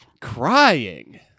Crying